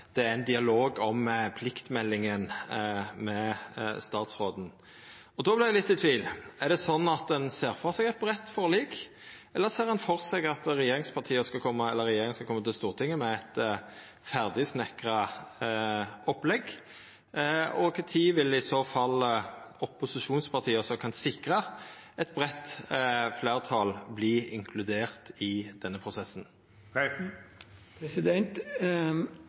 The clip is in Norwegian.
ein ser for seg eit breitt forlik, eller ser ein for seg at regjeringa skal koma til Stortinget med eit ferdigsnikra opplegg? Og kva tid vil i så fall opposisjonspartia som kan sikra eit breitt fleirtal, verta inkluderte i denne prosessen?